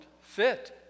fit